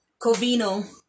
Covino